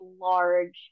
large